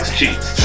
cheats